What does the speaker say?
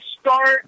start